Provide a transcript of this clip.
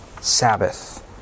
Sabbath